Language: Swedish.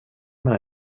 man